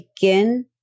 begin